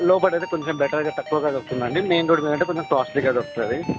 లోపట అయితే కొంచెం బెటర్గా తక్కువగా దొరుకుతుందండి సార్ మెయిన్ రోడ్ మీదంటే కొంచెం కాస్ట్లీగా దొరుకుతుంది